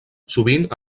sovint